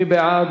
מי בעד?